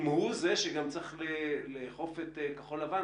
אם הוא זה שגם צריך לאכוף את כחול לבן,